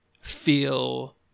feel